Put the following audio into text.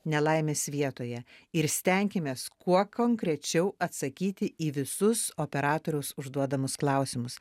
nelaimės vietoje ir stenkimės kuo konkrečiau atsakyti į visus operatoriaus užduodamus klausimus